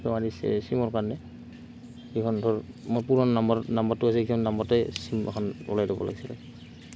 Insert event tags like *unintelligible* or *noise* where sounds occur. *unintelligible* চিমৰ কাৰণে সেইখন ধৰ মোৰ পুৰণ নম্বৰ নম্বৰটো আছে সেইখন নম্বৰতে চিম এখন ওলাই ল'ব লাগিছিলে